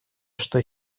что